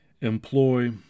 employ